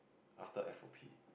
after F_O_P